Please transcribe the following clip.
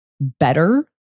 better